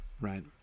right